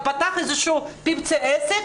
מישהו פתח בית עסק,